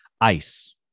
ICE